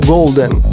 Golden